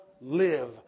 live